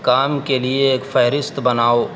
کام کے لیے ایک فہرست بناؤ